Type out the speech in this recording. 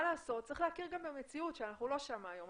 מה לעשות, צריך להכיר במציאות שאנחנו לא שם היום.